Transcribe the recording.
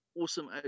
awesome